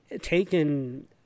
taken